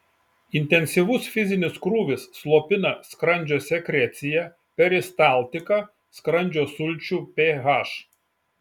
intensyvus fizinis krūvis slopina skrandžio sekreciją peristaltiką skrandžio sulčių ph